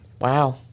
Wow